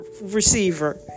receiver